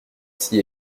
s’y